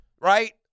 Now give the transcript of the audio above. right